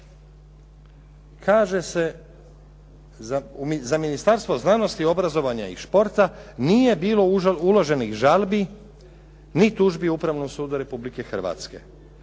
Kaže se za Ministarstvo znanosti, obrazovanja i športa nije bilo uloženih žalbi, ni tužbi Upravnom sudu Republike Hrvatske.